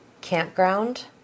campground